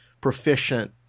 proficient